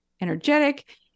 energetic